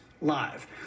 live